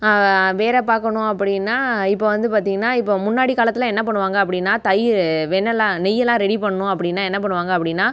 வேறு பார்க்கணும் அப்படின்னா இப்போ வந்து பார்த்திங்கன்னா இப்போ முன்னாடி காலத்தில் என்ன பண்ணுவாங்க அப்படினா தயி வெண்ணெலாம் நெய்யலாம் ரெடி பண்ணணும் அப்படின்னா என்ன பண்ணுவாங்க அப்படின்னா